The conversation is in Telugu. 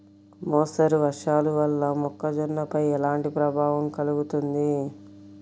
మోస్తరు వర్షాలు వల్ల మొక్కజొన్నపై ఎలాంటి ప్రభావం కలుగుతుంది?